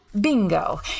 Bingo